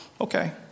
Okay